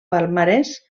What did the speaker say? palmarès